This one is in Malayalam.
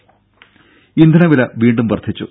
രും ഇന്ധനവില വീണ്ടും വർധിച്ചു